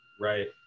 Right